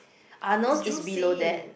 Arnold's is below that